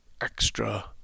extra